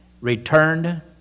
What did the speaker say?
returned